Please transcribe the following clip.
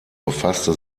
befasste